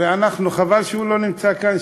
חבל שהוא לא נמצא כאן,